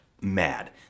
mad